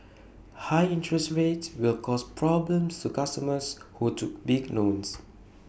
high interest rates will cause problems to customers who took big loans